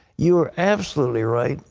you're absolutely right.